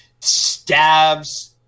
stabs